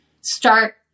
start